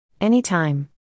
Anytime